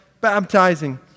baptizing